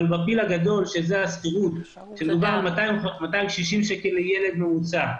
אבל בפיל הגדול שזה השכירות מדובר על 260 שקל לילד ממוצע,